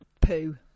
poo